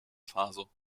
faso